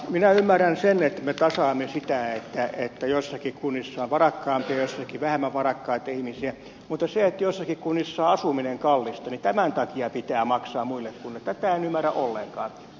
minä ymmärrän sen että me tasaamme sitä että joissakin kunnissa on varakkaampia ja joissakin vähemmän varakkaita ihmisiä mutta että sen takia että joissakin kunnissa on asuminen kallista pitää maksaa muille kunnille en ymmärrä ollenkaan